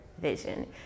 vision